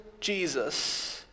Jesus